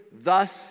thus